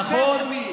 נכון?